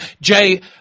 Jay